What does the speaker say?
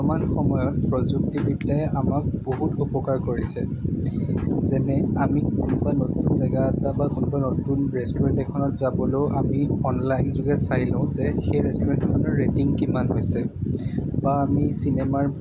বৰ্তমান সময়ত প্ৰযুক্তিবিদ্যাই আমাক বহুত উপকাৰ কৰিছে যেনে আমি ক'ৰবাত নতুন জেগা এটা বা কোনোবা নতুন ৰেষ্টুৰেণ্ট এখনত যাবলৈও আমি অনলাইন যোগে চাই লওঁ যে সেই ৰেষ্টুৰেণ্টখনৰ ৰেটিং কিমান হৈছে বা আমি চিনেমাৰ